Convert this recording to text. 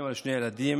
אימא לשני ילדים,